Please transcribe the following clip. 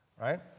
right